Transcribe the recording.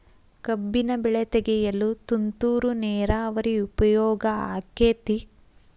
ಕಬ್ಬಿನ ಬೆಳೆ ತೆಗೆಯಲು ತುಂತುರು ನೇರಾವರಿ ಉಪಯೋಗ ಆಕ್ಕೆತ್ತಿ?